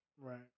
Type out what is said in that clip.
Right